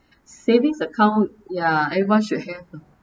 savings account ya everyone should have lah